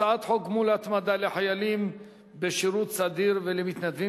הצעת חוק גמול התמדה לחיילים בשירות סדיר ולמתנדבים